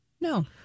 no